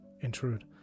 intrude